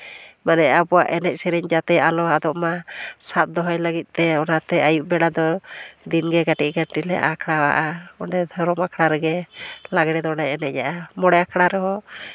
ᱢᱟᱱᱮ ᱟᱵᱚᱣᱟᱜ ᱮᱱᱮᱡ ᱥᱮᱨᱮᱧ ᱡᱟᱛᱮ ᱟᱞᱚ ᱟᱫᱚᱜ ᱢᱟ ᱥᱟᱵ ᱫᱚᱦᱚᱭ ᱞᱟᱹᱜᱤᱫ ᱛᱮ ᱚᱱᱟᱛᱮ ᱟᱹᱭᱩᱵ ᱵᱮᱲᱟ ᱫᱚ ᱫᱤᱱᱜᱮ ᱠᱟᱹᱴᱤᱡ ᱠᱟᱹᱴᱤᱡ ᱞᱮ ᱟᱠᱷᱲᱟᱣᱟᱜᱼᱟ ᱚᱸᱰᱮ ᱫᱷᱚᱨᱚᱢ ᱟᱠᱷᱲᱟ ᱨᱮᱜᱮ ᱞᱟᱸᱜᱽᱲᱮ ᱫᱚᱞᱮ ᱮᱱᱮᱡᱟᱜᱼᱟ ᱢᱚᱬᱮ ᱟᱠᱷᱲᱟ ᱨᱮᱦᱚᱸ